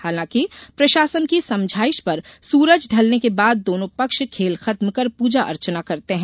हालांकि प्रशासन की समझाईश पर सूरज ढलने के बाद दोनों पक्ष खेल खत्म कर पूजा अर्चना करते हैं